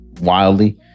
wildly